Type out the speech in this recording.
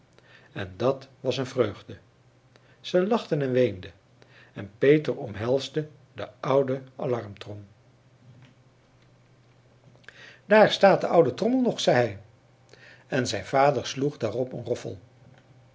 en dat was een vreugde zij lachten en weenden en peter omhelsde de oude alarmtrom daar staat de oude trommel nog zei hij en zijn vader sloeg daarop een